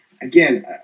again